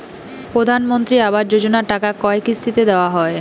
প্রধানমন্ত্রী আবাস যোজনার টাকা কয় কিস্তিতে দেওয়া হয়?